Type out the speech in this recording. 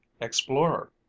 explorer